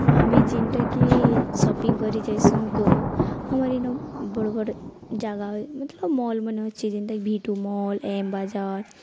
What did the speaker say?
ଆମେ ଜେନ୍ଟାକି ସପିଙ୍ଗ୍ କରି ଯାଏସୁଁ ତ ଆମର୍ ଇନ ବଡ଼୍ ବଡ଼୍ ଜାଗା ମତଲବ୍ ମଲ୍ମାନେ ଅଛେ ଯେନ୍ଟାକି ଭି ଟୁ ମଲ୍ ଏମ୍ ବାଜାର୍